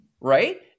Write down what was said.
Right